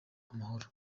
amahoro